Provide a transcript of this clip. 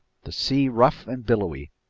the sea rough and billowy.